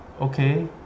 okay